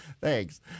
thanks